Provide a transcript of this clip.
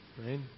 right